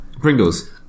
Pringles